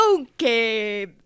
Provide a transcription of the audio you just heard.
okay